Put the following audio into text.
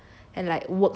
每天看他